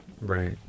Right